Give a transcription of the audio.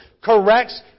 corrects